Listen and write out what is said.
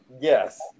Yes